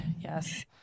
yes